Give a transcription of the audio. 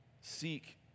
seek